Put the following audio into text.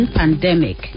pandemic